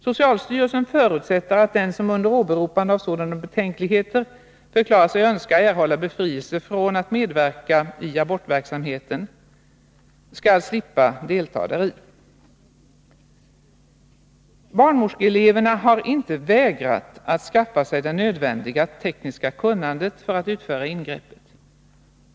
Socialstyrelsen förutsätter att den, som under åberopande av sådana betänkligheter förklarar sig önska erhålla befrielse från att medverka i abortverksamheten, skall slippa delta däri.” Barnmorskeeleverna har inte vägrat att skaffa sig det nödvändiga tekniska kunnandet för att utföra ingreppet.